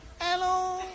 Hello